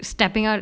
stepping out